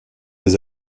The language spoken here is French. des